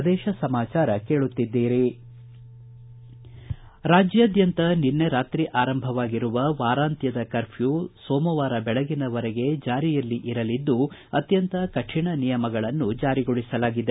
ಪ್ರದೇಶ ಸಮಾಚಾರ ಕೇಳುತ್ತಿದ್ದೀರಿ ರಾಜ್ಯಾದ್ಯಂತ ನಿನ್ನೆ ರಾತ್ರಿ ಆರಂಭವಾಗಿರುವ ವಾರಾಂತ್ಯದ ಕರ್ಫ್ಯೂ ಸೋಮವಾರ ಬೆಳಗಿನವರೆಗೆ ಜಾರಿಯಲ್ಲಿಗೆ ಇರಲಿದ್ದು ಅತ್ಯಂತ ಕಠಿಣ ನಿಯಮಗಳನ್ನು ಜಾರಿಗೊಳಿಸಲಾಗಿದೆ